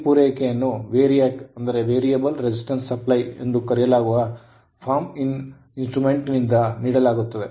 ಈ ಪೂರೈಕೆಯನ್ನು VARIAC variable resistance supply ಎಂದು ಕರೆಯಲಾಗುವ ಫಾರ್ಮ್ ಇನ್ ಸ್ಟ್ರುಮೆಂಟ್ ಅನ್ನು ನೀಡಲಾಗುತ್ತದೆ